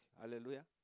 Hallelujah